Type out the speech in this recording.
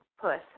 puss